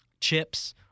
chips